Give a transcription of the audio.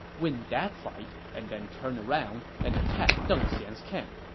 win that fight, and then turn around and attack deng xian's camp.